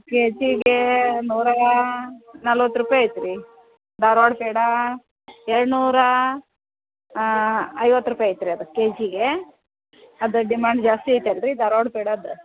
K ಜಿಗೆ ನೂರ ನಲ್ವತ್ತು ರೂಪಾಯಿ ಐತ್ರೀ ಧಾರ್ವಾಡ ಪೇಡ ಏಳ್ನೂರ ಐವತ್ತು ರೂಪಾಯಿ ಐತ್ರೀ ಅದು ಕೆಜಿಗೆ ಅದು ಡಿಮಾಂಡ್ ಜಾಸ್ತಿ ಐತಲ್ರಿ ಧಾರ್ವಾಡ ಪೇಡದ್ದು